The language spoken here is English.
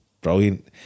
brilliant